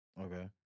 Okay